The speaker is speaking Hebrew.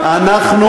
אתם לא,